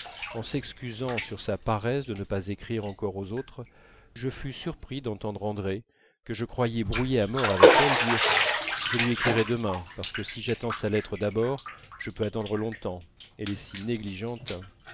en s'excusant de sa paresse de ne pas écrire encore aux autres je fus surpris d'entendre andrée que je croyais brouillée à mort avec elle dire je lui écrirai demain parce que si j'attends sa lettre d'abord je peux attendre longtemps elle est si négligente